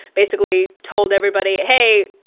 basically told everybody hey,